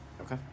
Okay